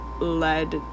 led